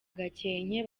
gakenke